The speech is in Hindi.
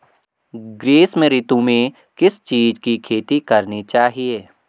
ग्रीष्म ऋतु में किस चीज़ की खेती करनी चाहिये?